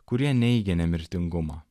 kurie neigia nemirtingumą